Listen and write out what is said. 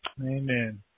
Amen